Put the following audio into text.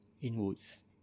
inwards